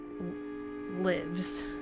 lives